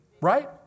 right